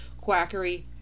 quackery